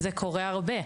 זה דבר שקורה הרבה.